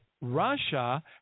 Russia